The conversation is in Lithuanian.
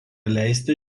leisti